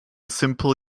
simple